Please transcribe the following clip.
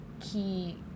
key